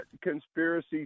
conspiracy